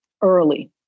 early